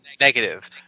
Negative